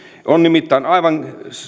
on nimittäin aivan